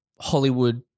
Hollywood